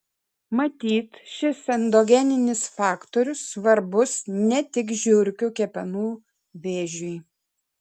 matyt šis endogeninis faktorius svarbus ne tik žiurkių kepenų vėžiui